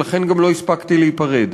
ולכן גם לא הספקתי להיפרד.